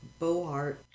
Bohart